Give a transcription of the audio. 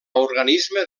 organisme